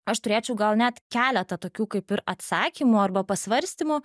aš turėčiau gal net keletą tokių kaip ir atsakymų arba pasvarstymų